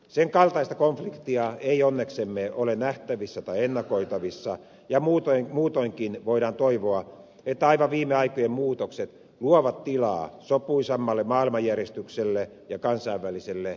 sen kaltaista konfliktia ei onneksemme ole nähtävissä tai ennakoitavissa ja muutoinkin voidaan toivoa että aivan viime aikojen muutokset luovat tilaa sopuisammalle maailmanjärjestykselle ja kansainväliselle yhteisymmärrykselle